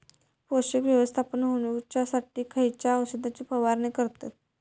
पोषक व्यवस्थापन होऊच्यासाठी खयच्या औषधाची फवारणी करतत?